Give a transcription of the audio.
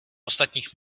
ostatních